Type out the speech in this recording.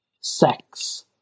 sex